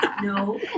no